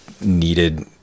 needed